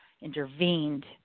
intervened